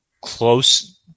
close